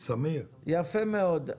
יפה מאוד.